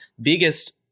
biggest